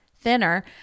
thinner